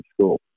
school